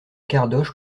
cardoche